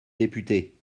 député